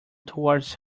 towards